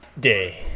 day